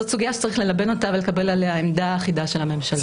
זאת סוגיה שצריך ללבן אותה ולקבל עליה עמדה אחידה של הממשלה.